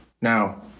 Now